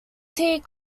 tea